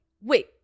wait